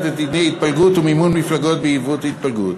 את דיני ההתפלגות ומימון מפלגות בעקבות התפלגות.